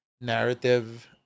narrative